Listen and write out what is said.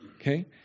Okay